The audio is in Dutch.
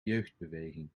jeugdbeweging